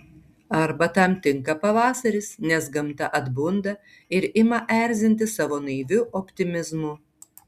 arba tam tinka pavasaris nes gamta atbunda ir ima erzinti savo naiviu optimizmu